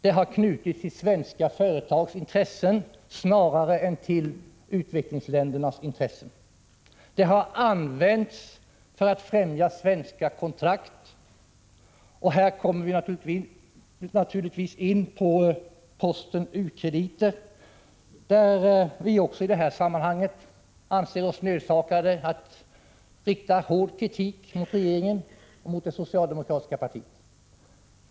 Det har knutits till svenska företags intressen snarare än till utvecklingsländernas intressen. Det har använts för att främja svenska kontrakt — och här kommer vi naturligtvis in på posten u-krediter, där vi också anser oss nödsakade att rikta hård kritik mot regeringen och de tsocialdemokratiska partiet.